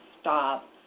stop